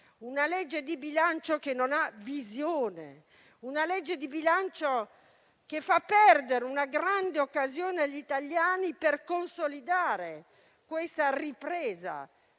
una legge di bilancio che non ha visione, che fa perdere una grande occasione agli italiani per consolidare questa ripresa,